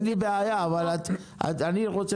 האם יש מוצר כזה?